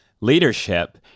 leadership